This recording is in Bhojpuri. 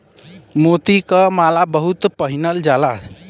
मोती क माला बहुत पहिनल जाला